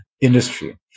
industry